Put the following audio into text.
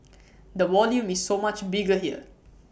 the volume is so much bigger here